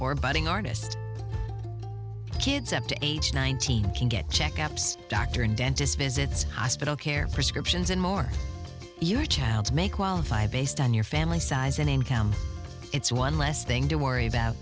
or budding artist kids up to age nineteen can get checkups doctor and dentist visits hospital care prescriptions and more your child's may qualify based on your family size and camp it's one less thing to worry about